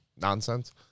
nonsense